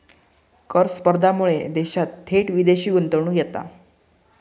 कर स्पर्धेमुळा देशात थेट विदेशी गुंतवणूक येता